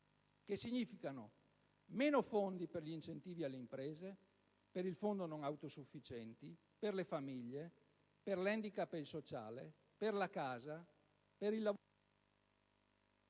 che significano meno risorse per gli incentivi alle imprese, per il Fondo non autosufficienti, per le famiglie, per l'*handicap* e il sociale, per la casa, per il lavoro